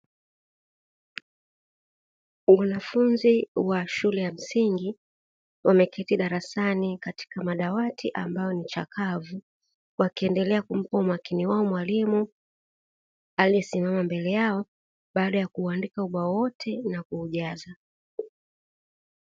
Wanafunzi wa shule ya msingi wameketi darasani katika madawati ambayo ni chakavu, wakiendelea kumpa umakini mwalimu aliyesimama mbele yao baada ya kuandika ubao wote na kuujaza.